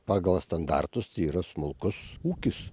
pagal standartus tai yra smulkus ūkis